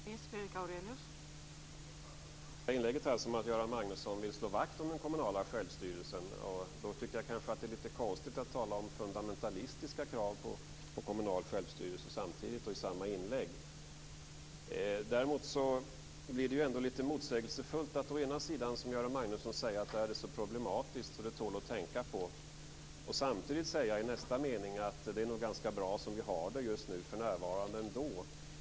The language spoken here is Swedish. Fru talman! Jag uppfattar det sista inlägget som att Göran Magnusson vill slå vakt om den kommunala självstyrelsen. Då tycker jag kanske att det är lite konstigt att i samma inlägg samtidigt tala om fundamentalistiska krav på kommunal självstyrelse. Det blir ändå lite motsägelsefullt att som Göran Magnusson å ena sidan säga att det är så problematiskt att det tål att tänka på och å andra sidan i nästa mening säga att det ändå är ganska bra som vi har det för närvarande.